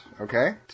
okay